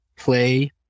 play